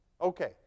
Okay